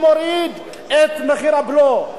אני מוריד את מחיר הבלו,